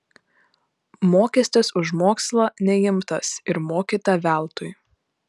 mokestis už mokslą neimtas ir mokyta veltui